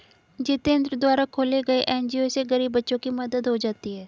जितेंद्र द्वारा खोले गये एन.जी.ओ से गरीब बच्चों की मदद हो जाती है